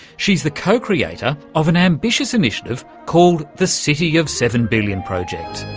she's the co-creator of an ambitious initiative called the city of seven billion project.